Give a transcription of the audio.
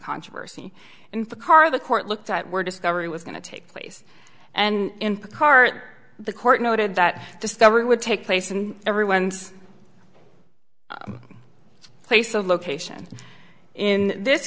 controversy in the car the court looked at were discovery was going to take place and current the court noted that discovery would take place in everyone's place a location in this